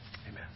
Amen